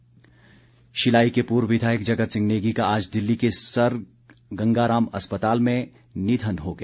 निधन शिलाई के पूर्व विधायक जगत सिंह नेगी का आज दिल्ली के सर गंगाराम अस्पताल में निधन हो गया